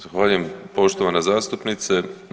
Zahvaljujem poštovana zastupnice.